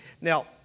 Now